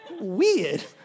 Weird